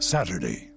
Saturday